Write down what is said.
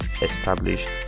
established